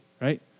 right